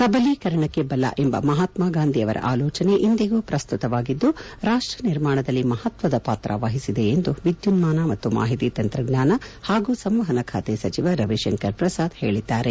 ಸಬಲೀಕರಣಕ್ಕೆ ಬಲ ಎಂಬ ಮಹಾತ್ಮಾ ಗಾಂಧಿ ಅವರ ಆಲೋಚನೆ ಇಂದಿಗೂ ಪ್ರಸ್ತುತವಾಗಿದ್ದು ರಾಪ್ಷ ನಿರ್ಮಾಣದಲ್ಲಿ ಮಹತ್ವದ ಪಾತ್ರ ವಹಿಸಿದೆ ಎಂದು ವಿದ್ಯುನ್ನಾನ ಮತ್ತು ಮಾಹಿತಿ ತಂತ್ರಜ್ಞಾನ ಹಾಗೂ ಸಂವಹನ ಖಾತೆ ಸಚಿವ ರವಿಶಂಕರ್ ಪ್ರಸಾದ್ ಹೇಳಿದ್ದಾರೆ